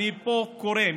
אני קורא פה,